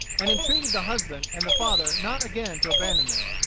and entreated the husband and the father not again to abandon them.